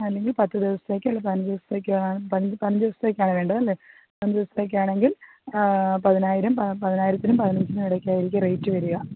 അല്ലെങ്കിൽ പത്ത് ദിവസത്തേക്കാ അല്ലെങ്കിൽ പതിനഞ്ച് ദിവസത്തേക്കാ പതിനഞ്ച് ദിവസത്തേക്കാണ് വേണ്ടതല്ലേ പതിനഞ്ച് ദിവസത്തേക്കാണെങ്കിൽ പതിനായിരം പതിനായിരത്തിനും പതിനഞ്ചിനും ഇടക്കായിരിക്കും റേറ്റ് വരുക